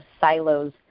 silos